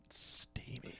Steamy